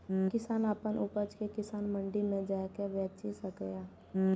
किसान अपन उपज कें किसान मंडी मे जाके बेचि सकैए